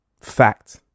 Fact